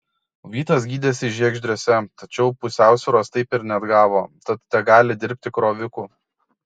vytas gydėsi žiegždriuose tačiau pusiausvyros taip ir neatgavo tad tegali dirbti kroviku